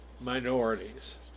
minorities